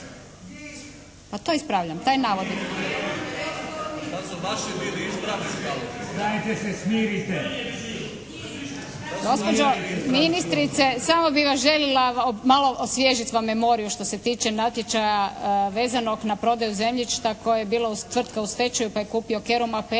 Pa to ispravljam, taj navod. …/Upadica se ne čuje./… Gospođo ministrice, samo bih vaš željela malo osvježiti vam memoriju što se tiče natječaja vezanog na prodaju zemljišta koje je bilo tvrtka u stečaju pa je kupio "Kerum" APN